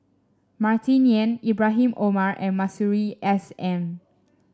Martin Yan Ibrahim Omar and Masuri S N